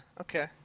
Okay